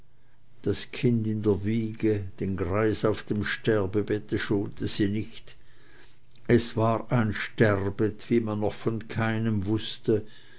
das kind in der wiege den greis auf dem sterbebette schonte sie nicht es war ein sterbet wie man noch von keinem wußte